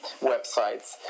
websites